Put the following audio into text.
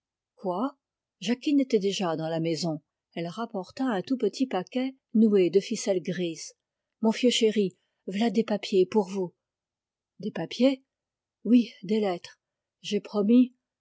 quoi jacquine était déjà dans la maison elle rapporta un tout petit paquet noué de ficelle grise mon fieu chéri v'là des papiers pour vous des papiers oui des lettres j'ai promis